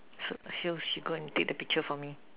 so she'll she go and take the picture for me